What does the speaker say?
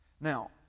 Now